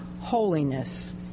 holiness